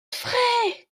godfrey